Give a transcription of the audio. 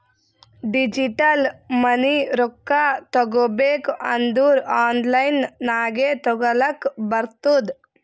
digital money ರೊಕ್ಕಾ ತಗೋಬೇಕ್ ಅಂದುರ್ ಆನ್ಲೈನ್ ನಾಗೆ ತಗೋಲಕ್ ಬರ್ತುದ್